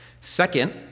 Second